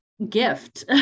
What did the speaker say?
gift